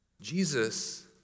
Jesus